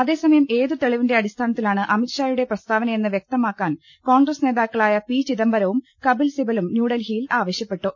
അതേസമയം ഏതു തെളിവിന്റെ അടിസ്ഥാനത്തിലാണ് അമി ത്ഷായുടെ പ്രസ്താവനിയെന്ന് വൃക്തമാക്കാൻ കോൺഗ്രസ് നേതാക്കളായ പി ചിദംബരവും കപിൽ സിബലും ന്യൂഡൽഹി യിൽ ആവശ്യപ്പെട്ടു